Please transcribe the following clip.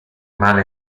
male